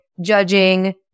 judging